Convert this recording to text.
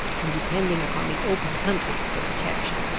and depending upon the open country for protection.